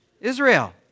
Israel